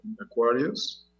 Aquarius